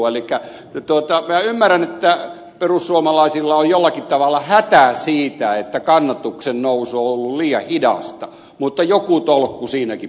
elikkä minä ymmärrän että perussuomalaisilla on jollakin tavalla hätä siitä että kannatuksen nousu on ollut liian hidasta mutta joku tolkku siinäkin pitää olla